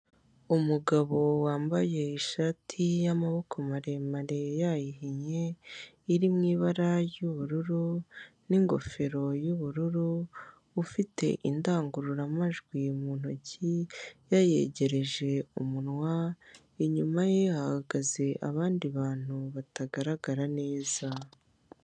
Umugabo wambaye ishati y'amaboko maremare yayihinnye iri mu ibara ry'ubururu n'ingofero y'ubururu ufite indangururamajwi mu ntoki yayegereje umunwa inyuma ye ahagaze abandi bantu batagaragara neza.